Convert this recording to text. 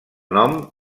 nom